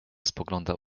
spoglądał